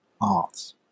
arts